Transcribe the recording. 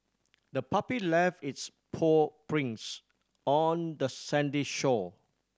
the puppy left its paw prints on the sandy shore